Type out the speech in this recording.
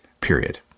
period